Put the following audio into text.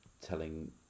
telling